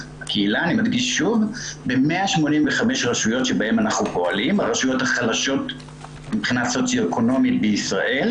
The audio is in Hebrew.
ב-185 רשויות חלשות מבחינה סוציו-אקונומית בישראל,